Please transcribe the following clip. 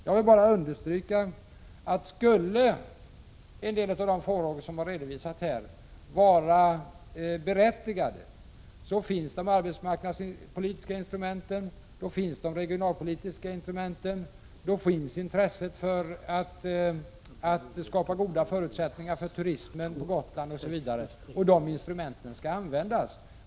Jag vill bara understryka, att om en del av de farhågor som redovisats här skulle vara berättigade, finns de arbetsmarknadspolitiska instrumenten, de regionalpolitiska instrumenten och intresset för att skapa goda förutsättningar för turismen på Gotland, osv. Dessa instrument skall användas.